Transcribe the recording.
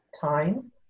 time